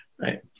Right